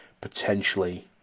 potentially